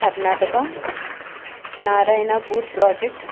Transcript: Karnataka Narayanpur project